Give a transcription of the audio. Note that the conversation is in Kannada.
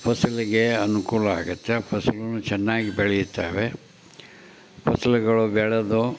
ಫಸಲಿಗೆ ಅನುಕೂಲ ಆಗುತ್ತೆ ಫಸ್ಲುನೂ ಚೆನ್ನಾಗಿ ಬೆಳೀತವೆ ಫಸಲುಗಳು ಬೆಳೆದು